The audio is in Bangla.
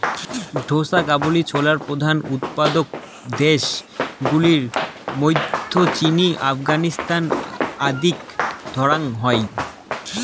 ঢোসা কাবুলি ছোলার প্রধান উৎপাদক দ্যাশ গুলার মইধ্যে চিলি, আফগানিস্তান আদিক ধরাং হই